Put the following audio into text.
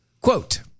Quote